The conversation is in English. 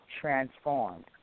transformed